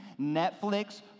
Netflix